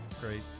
great